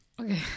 Okay